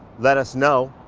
let us know.